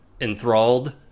enthralled